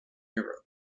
europe